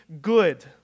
good